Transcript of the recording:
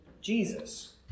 Jesus